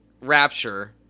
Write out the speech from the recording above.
rapture